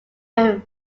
very